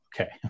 okay